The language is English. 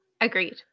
Agreed